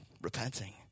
repenting